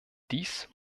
dies